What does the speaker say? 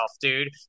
dude